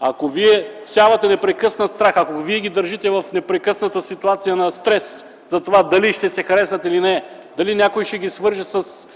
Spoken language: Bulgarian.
Ако вие всявате непрекъснат страх, ако ги държите в ситуация на непрекъснат стрес дали ще се харесат или не, дали някой ще ги свърже с